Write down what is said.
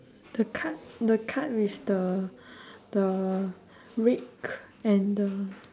the cart the cart with the the brick and the